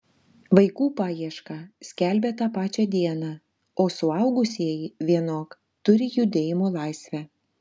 vaikų paiešką skelbia tą pačią dieną o suaugusieji vienok turi judėjimo laisvę